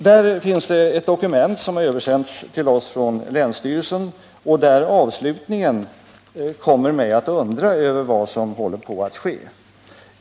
Det finns ett dokument, som översänts till oss från länsstyrelsen, och avslutningen på det kommer mig att undra över vad som håller på att ske.